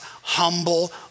humble